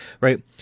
right